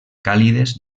càlides